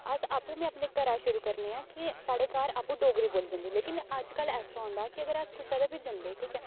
अस आपूं मै अपने घरा शुरू करनी आं कि साढ़े घर आपूं डोगरी बोली जंदी ऐ लेकिन अज्जकल ऐसा होंदा कि अगर अस कुसै दे बी जन्दे ठीक ऐ